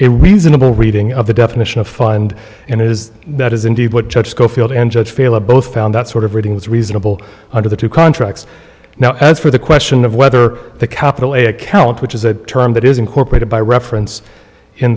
it reasonable reading of the definition of fund and it is that is indeed what judge schofield and judge failer both found that sort of rating was reasonable under the two contracts now as for the question of whether the capital a account which is a term that is incorporated by reference in